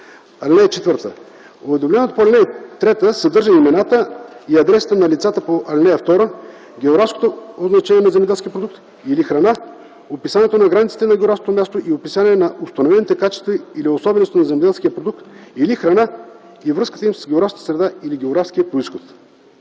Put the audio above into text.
уведомяването. (4) Уведомлението по ал. 3 съдържа имената и адресите на лицата по ал. 2, географското означение на земеделския продукт или храна, описанието на границите на географското място и описание на установените качества или особености на земеделския продукт или храна и връзката им с географската среда или с географския произход.”